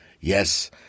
Yes